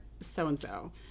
so-and-so